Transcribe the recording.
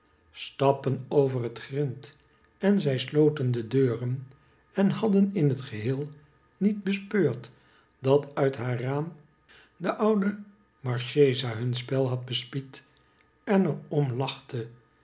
stappen over het grint en zij sloten de deuren en hadden in het geheel niet bespeurd dat uit haar raam de oude marchesa hun spel had bespied en er